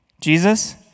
Jesus